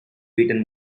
beaten